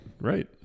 Right